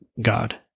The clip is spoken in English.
God